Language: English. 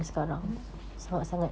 betul